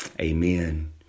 amen